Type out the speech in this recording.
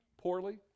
poorly